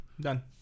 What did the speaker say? Done